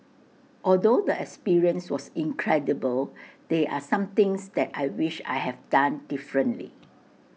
although the experience was incredible they are some things that I wish I have done differently